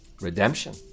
Redemption